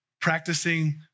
Practicing